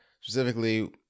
specifically